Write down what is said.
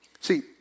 See